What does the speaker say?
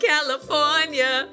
California